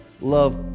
love